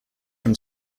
from